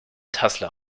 tulsa